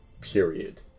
Period